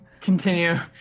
continue